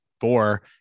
four